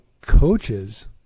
coaches